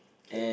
okay